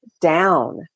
down